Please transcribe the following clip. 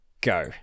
Go